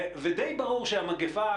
ודי ברור שהמגפה,